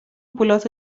پولهاتو